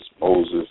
Moses